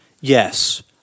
Yes